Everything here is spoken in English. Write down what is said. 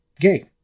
gay